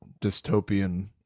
dystopian